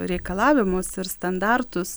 reikalavimus ir standartus